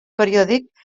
periòdic